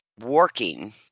working